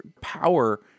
power